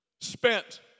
spent